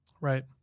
Right